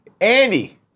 Andy